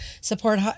Support